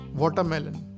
watermelon